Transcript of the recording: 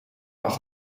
mag